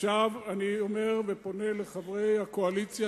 עכשיו אני אומר ופונה לחברי הקואליציה,